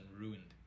ruined